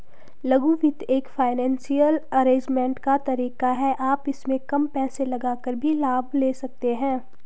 लघु वित्त एक फाइनेंसियल अरेजमेंट का तरीका है आप इसमें कम पैसे लगाकर भी लाभ ले सकते हैं